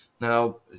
Now